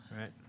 Right